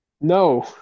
No